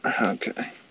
Okay